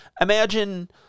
imagine